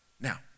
Now